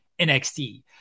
NXT